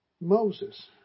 Moses